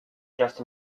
just